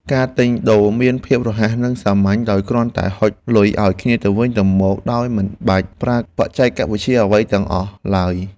ការទិញដូរមានភាពរហ័សនិងសាមញ្ញដោយគ្រាន់តែហុចលុយឱ្យគ្នាទៅវិញទៅមកដោយមិនបាច់ប្រើបច្ចេកវិទ្យាអ្វីទាំងអស់ឡើយ។